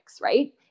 right